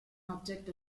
object